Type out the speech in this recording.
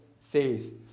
faith